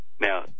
Now